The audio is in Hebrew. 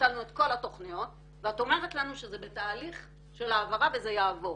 שביטלנו את כל התכניות ואת אומרת לנו שזה בתהליך של העברה וזה יעבור.